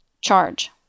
Charge